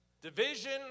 Division